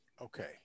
Okay